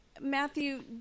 Matthew